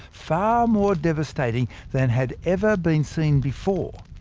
far more devastating than had ever been seen before,